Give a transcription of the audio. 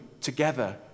together